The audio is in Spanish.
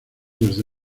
desde